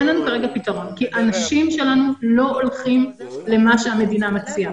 אין לנו פתרון כי האנשים שלנו לא הולכים למה שהמדינה מציעה.